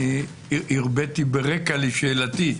הרביתי ברקע לשאלתי,